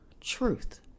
truth